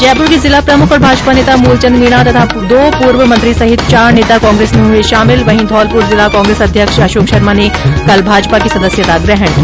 जयप्र के जिला प्रमुख और भाजपा नेता मूलचंद मीणा तथा दो पूर्व मंत्री सहित चार नेता कांग्रेस में हए शामिल वहीं धौलपुर जिला कांग्रेस अध्यक्ष अशोक शर्मा ने कल भारतीय जनता पार्टी की सदस्यता ग्रहण की